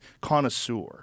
connoisseur